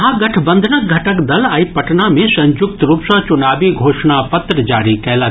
महागठबंधनक घटक दल आइ पटना मे संयुक्त रूप सँ चुनावी घोषणा पत्र जारी कयलक